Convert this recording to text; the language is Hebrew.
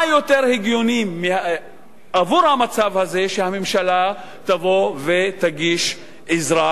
מה יותר הגיוני במצב הזה שהממשלה תבוא ותגיש עזרה